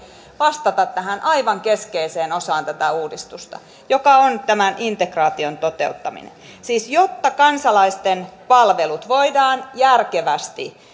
vastata tähän aivan keskeiseen osaan tätä uudistusta joka on tämän integraation toteuttaminen siis jotta kansalaisten palvelut voidaan järkevästi